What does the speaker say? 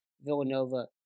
Villanova